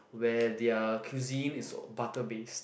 where their cuisine is all butter based